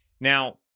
Now